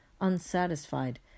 unsatisfied